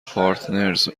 پارتنرز